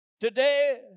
Today